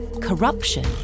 corruption